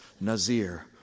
Nazir